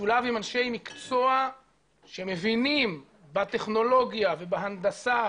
משולב עם אנשי מקצוע שמבינים בטכנולוגיה ובהנדסה